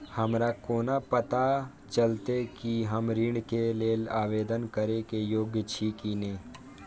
हमरा कोना पताा चलते कि हम ऋण के लेल आवेदन करे के योग्य छी की ने?